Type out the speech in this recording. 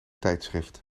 tijdschrift